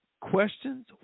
questions